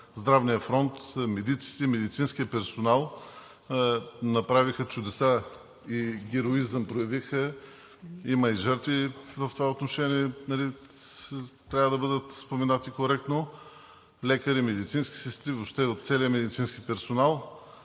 здравния фонд – медиците и медицинският персонал направиха чудеса и проявиха героизъм. Има и жертви в това отношение, трябва да бъдат споменати коректно лекари, медицински сестри и въобще целият медицински персонал.